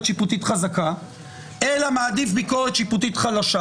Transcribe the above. שיפוטית חזקה אלא מעדיף ביקורת שיפוטית חלשה,